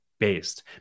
Based